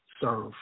serve